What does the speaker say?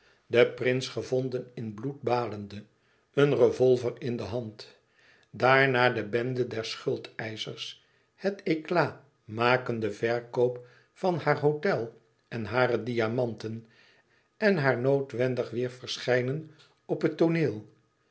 den prins gevonnen in bloed badende een revolver in de hand daarna de bende der schuldeischers de éclat makende verkoop van haar hôtel en hare diamanten en haar noodwendig wêer verschijnen op het tooneel